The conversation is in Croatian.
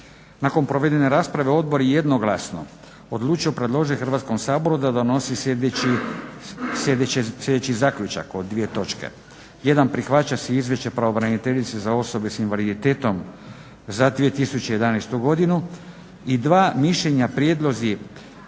Nakon provedene rasprave odbor je jednoglasno odlučio predložiti Hrvatskom saboru da donosi sljedeći zaključak od dvije točke: "1. Prihvaća se izvješće pravobraniteljice osoba s invaliditetom za 2011. godinu i 2. Mišljenja, prijedlozi